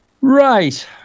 Right